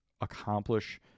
accomplish